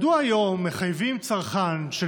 מדוע היום מחייבים צרכן של